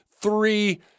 Three